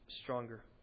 stronger